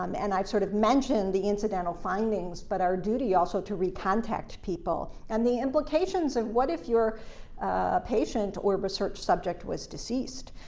um and i've sort of mentioned the incidental findings, but our duty also to recontact people, and the implications of what if your patient or research subject was deceased,